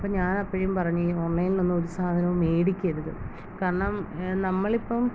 അപ്പം ഞാൻ അപ്പോഴും പറഞ്ഞു ഈ ഓൺലൈനിലൊന്നും ഒരു സാധനവും മേടിക്കരുത് കാരണം നമ്മളിപ്പം